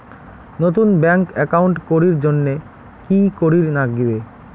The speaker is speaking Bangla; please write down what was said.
নতুন ব্যাংক একাউন্ট করির জন্যে কি করিব নাগিবে?